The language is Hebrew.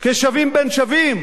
כשווים בין שווים?